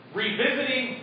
revisiting